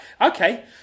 okay